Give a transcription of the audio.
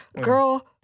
girl